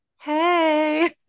Hey